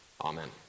Amen